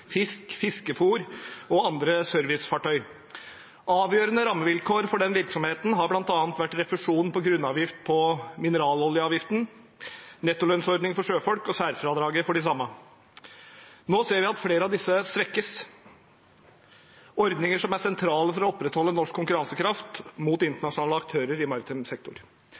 fisk og fiskefôr, og andre servicefartøy. Avgjørende rammevilkår for den virksomheten har bl.a. vært refusjon av grunnavgift på mineraloljeavgiften, nettolønnsordningen for sjøfolk og særfradraget for de samme. Nå ser vi at flere av disse svekkes – ordninger som er sentrale for å opprettholde norsk konkurransekraft mot internasjonale aktører i maritim sektor.